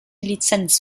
lizenz